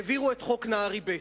העבירו את חוק נהרי ב'